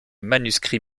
manuscrit